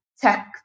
tech